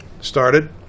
started